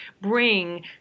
bring